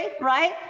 right